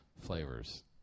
flavors